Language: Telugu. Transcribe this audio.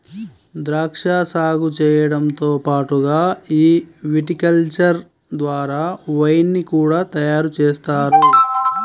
ద్రాక్షా సాగు చేయడంతో పాటుగా ఈ విటికల్చర్ ద్వారా వైన్ ని కూడా తయారుజేస్తారు